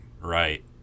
right